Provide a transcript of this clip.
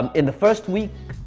um in the first week,